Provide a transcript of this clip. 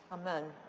amen.